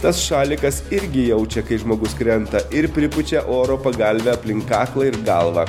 tas šalikas irgi jaučia kai žmogus krenta ir pripučia oro pagalvė aplink kaklą ir galvą